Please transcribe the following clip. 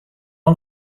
مرغ